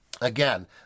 Again